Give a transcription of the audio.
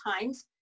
times